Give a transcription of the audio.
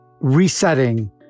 resetting